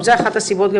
זה אחת הסיבות גם,